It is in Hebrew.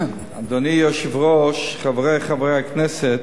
אדוני היושב-ראש, חברי חברי הכנסת,